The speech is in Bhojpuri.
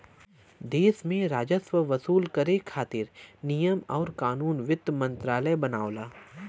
देश में राजस्व वसूल करे खातिर नियम आउर कानून वित्त मंत्रालय बनावला